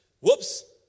whoops